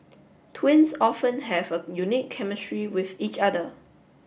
twins often have a unique chemistry with each other